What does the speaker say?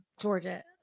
Georgia